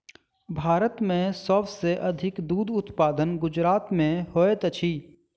भारत में सब सॅ अधिक दूध उत्पादन गुजरात में होइत अछि